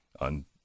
On